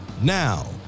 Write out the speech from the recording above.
Now